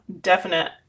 definite